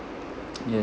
yes